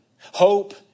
Hope